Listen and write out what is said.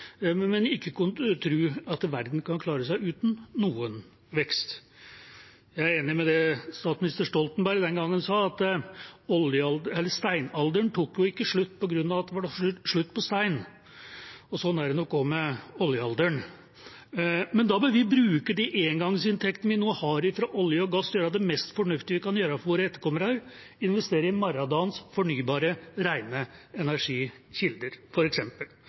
men ikke tro at verden kan klare seg uten noen vekst. Jeg er enig i det tidligere statsminister Stoltenberg sa den gangen, at steinalderen ikke tok slutt fordi det var slutt på stein, og sånn er det nok også med oljealderen. Men da bør vi bruke de engangsinntektene vi nå har fra olje og gass, til å gjøre det mest fornuftige vi kan gjøre for våre etterkommere, f.eks. investere i morgendagens fornybare, rene energikilder.